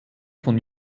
von